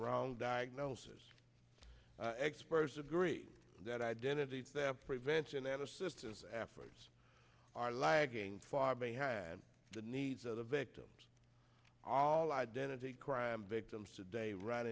wrong diagnosis experts agree that identity theft prevention and assistance apheresis are lagging far behind the needs of the victims all identity crime victims today right